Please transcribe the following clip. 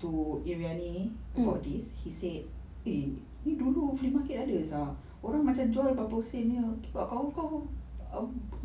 to irani about this he said eh you don't know flea market ada sia orang macam jual empat puluh sen jer but kawan kau